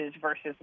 versus